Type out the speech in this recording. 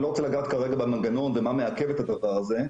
אני לא רוצה לגעת כרגע במנגנון ומה מעכב את הדבר הזה,